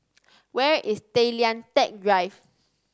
where is Tay Lian Teck Drive